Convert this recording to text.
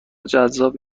جذاب